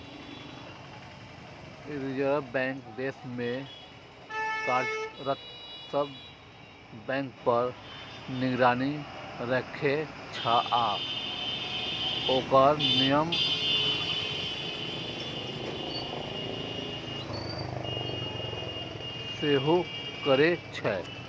reserve bank देश मे कार्यरत सब बैंक पर निगरानी राखै छै आ ओकर नियमन सेहो करै छै